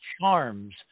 charms